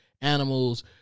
animals